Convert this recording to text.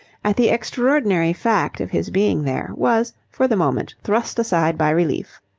at the extraordinary fact of his being there was for the moment thrust aside by relief.